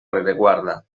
rereguarda